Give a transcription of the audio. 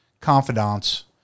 confidants